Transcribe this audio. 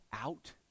out